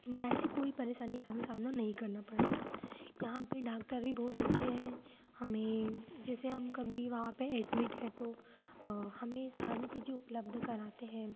या ऐसी कोई परेशानी का हमें सामना नहीं करना पड़ा यहाँ पर डाक्टर भी बहुत अच्छे हैं हमें जैसे हम कभी वहाँ पर एडमिट हैं तो हमें सारी चीज़ें उपलब्ध कराते हैं